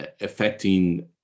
affecting